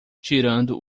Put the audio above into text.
tirando